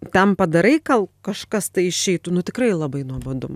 ten padarai kal kažkas tai išeitų nu tikrai labai nuobodu ma